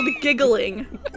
giggling